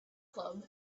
club